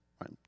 right